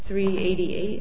three eighty eight